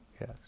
Yes